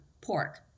pork